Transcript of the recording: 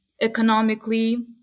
economically